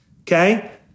Okay